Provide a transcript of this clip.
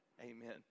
Amen